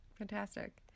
Fantastic